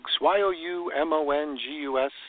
Y-O-U-M-O-N-G-U-S